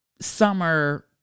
Summer